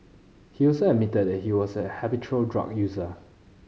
he also admitted he was a habitual drug user